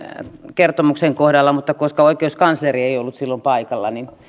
kertomuksen kohdalla mutta koska oikeuskansleri ei ollut silloin paikalla